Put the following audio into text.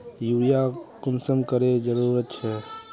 Urea कुंसम करे जरूरी छै?